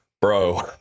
bro